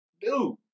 dude